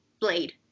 Blade